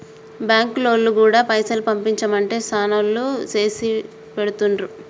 బాంకులోల్లు గూడా పైసలు పంపించుమంటే శనాల్లో చేసిపెడుతుండ్రు